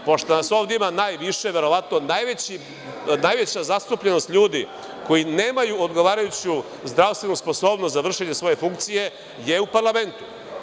Pošto nas ovde ima najviše, verovatno najveća zastupljenost ljudi koji nemaju odgovarajuću zdravstvenu sposobnost za vršenje svoje funkcije je u parlamentu.